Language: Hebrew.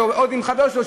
ועוד עם חבר שלו,